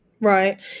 Right